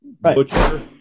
butcher